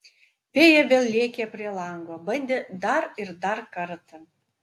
fėja vėl lėkė prie lango bandė dar ir dar kartą